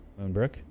Moonbrook